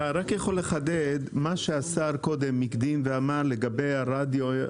אתה יכול לחדד את מה שהשר הקדים קודם ואמר לגבי הרדיו האזורי?